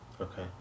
okay